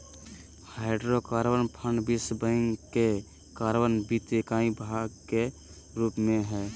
hydrocarbon fund विश्व bank के carbon वित्त इकाई के भाग के रूप में हइ